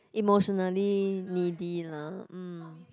emotionally needy lah mm